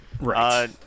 right